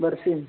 ᱵᱟᱨ ᱥᱤᱧ